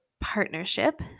partnership